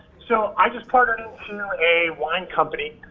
so i just partnered into to a wine company.